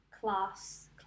class